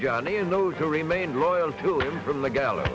johnny and those who remained loyal to him from the gall